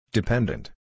Dependent